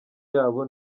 yabo